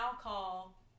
call